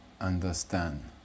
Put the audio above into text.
understand